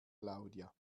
claudia